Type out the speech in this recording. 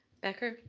becker?